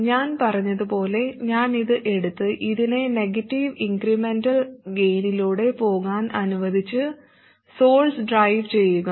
ഞാൻ പറഞ്ഞതുപോലെ ഞാൻ ഇത് എടുത്ത് ഇതിനെ നെഗറ്റീവ് ഇൻക്രെമെന്റൽ ഗെയിനിലൂടെ പോകാൻ അനുവദിച്ച് സോഴ്സ് ഡ്രൈവ് ചെയ്യുക